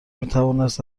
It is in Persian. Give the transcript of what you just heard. میتوانست